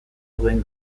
duen